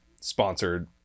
sponsored